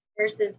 versus